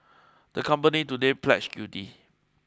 the company today pledge guilty